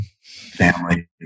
family